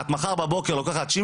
את מחר בבוקר תיקחי תיק,